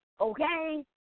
okay